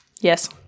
Yes